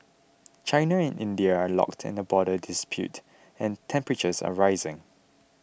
China and India are locked in a border dispute and temperatures are rising